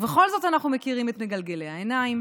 ובכל זאת אנחנו מכירים את מגלגלי העיניים